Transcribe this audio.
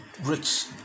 rich